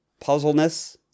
puzzleness